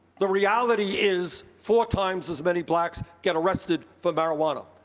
the reality is four times as many blacks get arrested for marijuana.